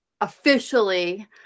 officially